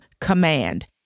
command